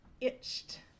itched